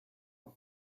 are